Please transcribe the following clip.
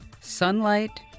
Sunlight